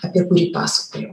apie kurį pasakojau